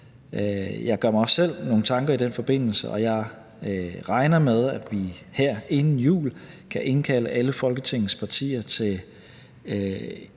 Jeg gør mig også selv nogle tanker i den forbindelse, og jeg regner med, at vi her inden jul kan indkalde alle Folketingets partier til